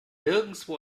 nirgendwo